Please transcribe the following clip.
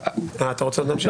אתה רוצה לומר עוד משהו?